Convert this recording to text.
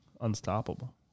unstoppable